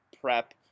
prep